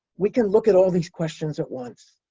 we can look at all these questions at once.